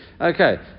okay